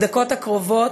בדקות הקרובות,